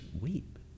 weep